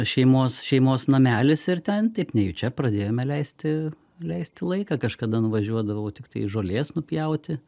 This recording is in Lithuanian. šeimos šeimos namelis ir ten taip nejučia pradėjome leisti leisti laiką kažkada nuvažiuodavau tiktai žolės nupjauti